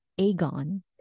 Aegon